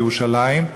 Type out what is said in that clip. בירושלים,